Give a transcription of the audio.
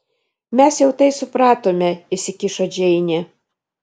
mes jau tai supratome įsikišo džeinė